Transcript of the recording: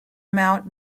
mount